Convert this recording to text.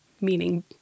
meaning